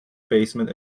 basement